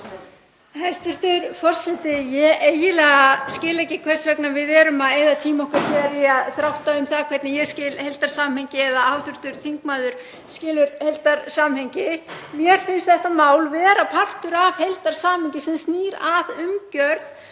Hæstv. forseti. Ég skil eiginlega ekki hvers vegna við erum að eyða tíma okkar í að þrátta um það hvernig ég skil heildarsamhengi eða hvernig hv. þingmaður skilur heildarsamhengi. Mér finnst þetta mál vera partur af heildarsamhengi sem snýr að umgjörð